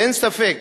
אין ספק